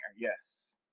yes